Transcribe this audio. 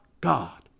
God